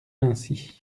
ainsi